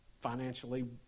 financially